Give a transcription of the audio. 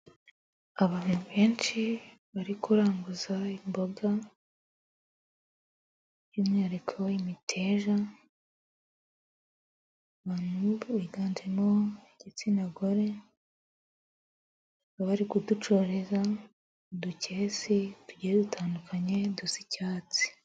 Abantu benshi bari kuranguza imboga, by'umwihariko imiteja, bantu biganjemo ab'igitsina gore, bari kuzicururiza mu dukesi tugiye dutandukanye dusa icyatsi.